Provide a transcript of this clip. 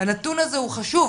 הנתון הזה הוא חשוב,